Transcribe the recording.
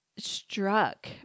struck